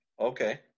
okay